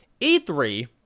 E3